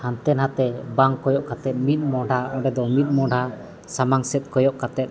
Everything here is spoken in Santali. ᱦᱟᱱᱛᱮᱼᱱᱷᱟᱛᱮ ᱵᱟᱝ ᱠᱚᱭᱚᱜ ᱠᱟᱛᱮᱫ ᱢᱤᱫ ᱢᱚᱦᱰᱟ ᱚᱸᱰᱮᱫᱚ ᱢᱤᱫ ᱢᱚᱦᱰᱟ ᱥᱟᱢᱟᱝ ᱥᱮᱫ ᱠᱚᱭᱚᱜ ᱠᱟᱛᱮᱫ